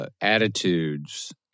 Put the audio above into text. Attitudes